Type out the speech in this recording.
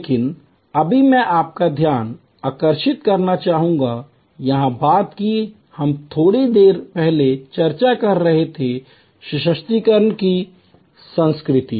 लेकिन अभी मैं आपका ध्यान आकर्षित करना चाहूंगा यह बात कि हम थोड़ी देर पहले चर्चा कर रहे थे सशक्तिकरण की संस्कृति